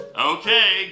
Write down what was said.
Okay